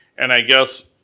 and, i guess,